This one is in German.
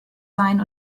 sein